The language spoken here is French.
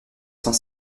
cent